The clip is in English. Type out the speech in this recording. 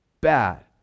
bad